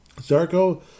Zarko